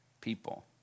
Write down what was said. people